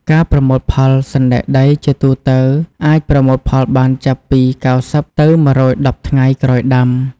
ការប្រមូលផល សណ្តែកដីជាទូទៅអាចប្រមូលផលបានចាប់ពី ៩០ ទៅ ១១០ ថ្ងៃក្រោយដាំ។